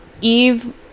Eve